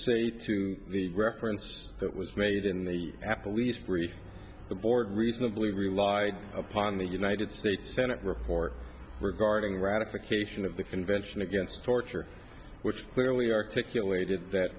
say to the reference that was made in the apple least three the board reasonably relied upon the united states senate report regarding ratification of the convention against torture which clearly articulated that